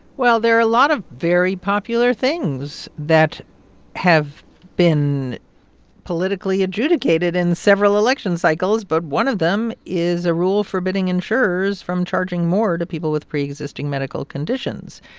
well, there are a lot of very popular things that have been politically adjudicated in several election cycles, but one of them is a rule forbidding insurers from charging more to people with preexisting medical conditions.